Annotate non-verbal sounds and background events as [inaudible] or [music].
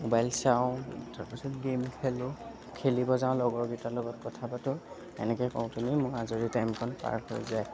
mobile চাওঁ তাৰপিছত game খেলোঁ খেলিব যাওঁ লগৰকেইটাৰ লগত কথা পাতোঁ এনেকৈ [unintelligible] মোৰ আজৰি টাইমকণ পাৰ হৈ যায়